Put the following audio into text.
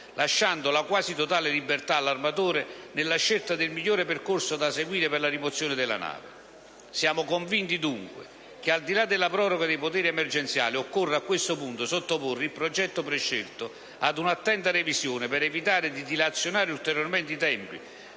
lasciando la quasi totale libertà all'armatore nella scelta del migliore percorso da seguire per la rimozione della nave. Siamo convinti, dunque, che, al di là della proroga dei poteri emergenziali, occorra a questo punto sottoporre il progetto prescelto ad una attenta revisione per evitare di dilazionare ulteriormente i tempi,